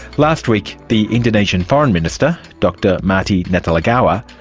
last week the indonesian foreign minister, dr marty natalegawa,